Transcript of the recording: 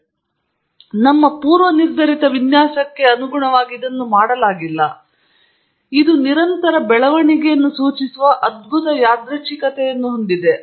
ಮೊದಲಿಗೆ ನಿಮ್ಮ ಪೂರ್ವನಿರ್ಧರಿತ ವಿನ್ಯಾಸಕ್ಕೆ ಇದನ್ನು ಮಾಡಲಾಗಿಲ್ಲ ಮತ್ತು ಇದು ನಿರಂತರ ಬೆಳವಣಿಗೆಯನ್ನು ಸೂಚಿಸುವ ಅದ್ಭುತ ಯಾದೃಚ್ಛಿಕತೆಯನ್ನು ಹೊಂದಿದೆ